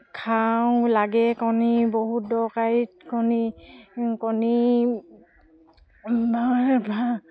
খাওঁ লাগে কণী বহুত দৰকাৰী কণী কণী